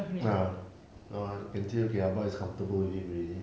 ya no can see that okay abah is comfortable with him already